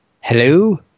Hello